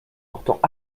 portant